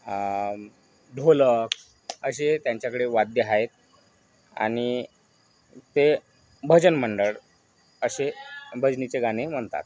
ढोलक असे त्यांच्याकडे वाद्य आहेत आणि ते भजन मंडळ असे भजनीचे गाणे म्हणतात